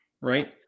Right